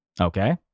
Okay